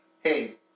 hey